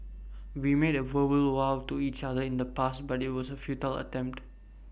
we made verbal vows to each other in the past but IT was A futile attempt